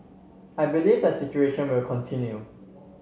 I believe the situation will continue